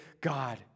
God